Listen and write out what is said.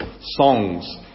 songs